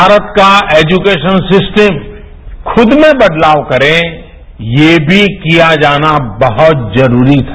भारत का एज्युकेशन सिस्टमखुद में बदलाव करे ये भी किया जाना बहत जरूरी था